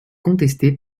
contesté